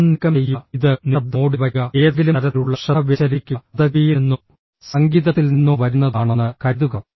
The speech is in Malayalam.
ഫോൺ നീക്കം ചെയ്യുക ഇത് നിശബ്ദ മോഡിൽ വയ്ക്കുക ഏതെങ്കിലും തരത്തിലുള്ള ശ്രദ്ധ വ്യതിചലിപ്പിക്കുക അത് ടിവിയിൽ നിന്നോ സംഗീതത്തിൽ നിന്നോ വരുന്നതാണെന്ന് കരുതുക